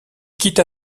quitta